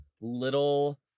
little